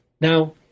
Now